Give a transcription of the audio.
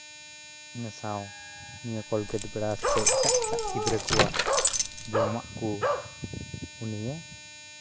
ᱤᱱᱟᱹ ᱥᱟᱶ ᱱᱤᱭᱟᱹ ᱠᱚᱞᱜᱮᱴ ᱵᱨᱟᱥ ᱥᱮ ᱮᱴᱟᱜ ᱮᱴᱟᱜ ᱜᱤᱫᱽᱨᱟᱹ ᱠᱚᱣᱟᱜ ᱡᱚᱢᱟᱜ ᱠᱚ ᱩᱱᱤᱭᱮ